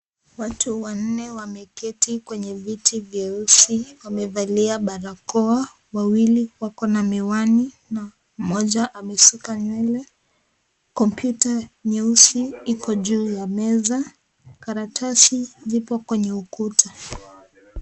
Watu wanne wameketi kwenye kiti vyeusi wamevalia barakoa, wawili wakona miwani na mmoja amesuka nywele. Kompyuta nyeusi iko juu ya meza, karatasi zipo kwenye ukuta.